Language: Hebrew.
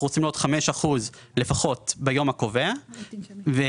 אנחנו רוצים לראות 5 אחוזים לפחות ביום הקובע - עוד